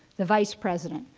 the vice president,